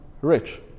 rich